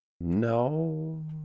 No